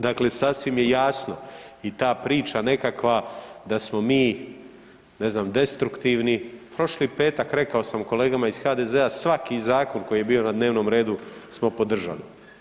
Dakle sasvim je jasno i ta priča nekakva da smo mi ne znam destruktivni, prošli peta rekao sam kolegama iz HDZ-a svaki zakon koji je bi na dnevnom redu smo podržali.